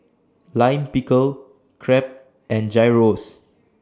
Lime Pickle Crepe and Gyros